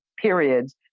periods